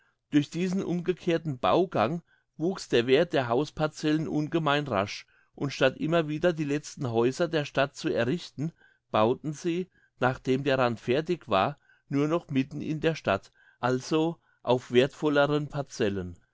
durch diesen umgekehrten baugang wuchs der werth der hausparzellen ungemein rasch und statt immer wieder die letzten häuser der stadt zu errichten bauten sie nachdem der rand fertig war nur noch mitten in der stadt also auf werthvolleren